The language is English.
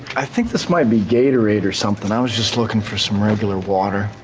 i think this might be gatorade or something, i was just looking for some regular water.